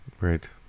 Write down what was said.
Right